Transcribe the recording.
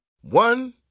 One